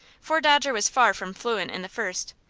for dodger was far from fluent in the first,